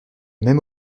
même